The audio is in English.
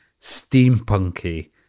steampunky